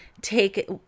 take